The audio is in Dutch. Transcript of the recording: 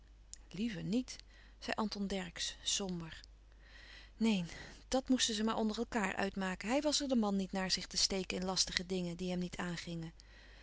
liever niet zei anton dercksz somber neen dàt moesten ze maar onder elkaâr uitmaken hij was er de man niet naar zich te steken in lastige dingen die hem niet aangingen